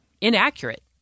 inaccurate